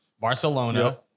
Barcelona